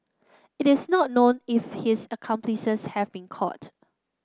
it is not known if his accomplices have been caught